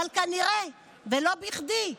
אבל כנראה, ולא בכדי,